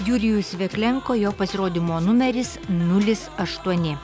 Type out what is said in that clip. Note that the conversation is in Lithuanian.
jurijus veklenko jo pasirodymo numeris nulis aštuoni